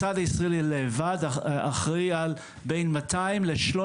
הצד הישראלי לבד אחראי על 200 ל- 300